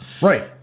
Right